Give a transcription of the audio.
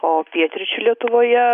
o pietryčių lietuvoje